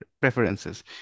preferences